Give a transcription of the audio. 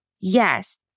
Yes